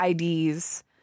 IDs